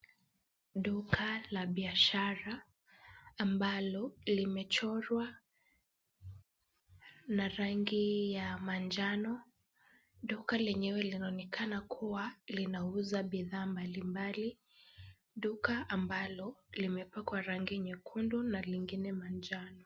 Duka la biashara ambalo limechorwa na rangi ya manjano. Duka lenyewe linaonekana kuwa linauza bidhaa mbalimbali. Duka ambalo limepakwa rangi nyekundu na lingine manjano.